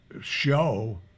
show